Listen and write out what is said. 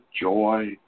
joy